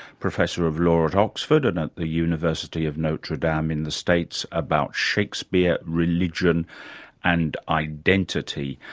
professor of law at oxford and at the university of notre dame in the states about shakespeare, religion and identity.